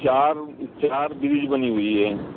چار چار بریج بنی ہوئی ہے